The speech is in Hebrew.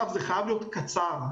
זה חייב להיות קצר.